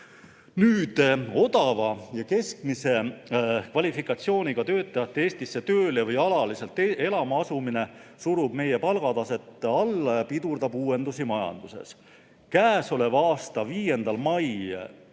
Madala ja keskmise kvalifikatsiooniga töötajate Eestisse tööle või alaliselt elama asumine surub meie palgataset alla ja pidurdab uuendusi majanduses. Käesoleva aasta 5. mail